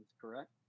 correct